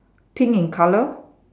pink in colour